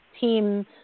team